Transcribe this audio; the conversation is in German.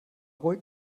ruhig